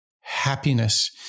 happiness